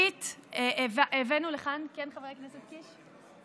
ראשית, הבאנו לכאן, כן, חבר הכנסת קיש?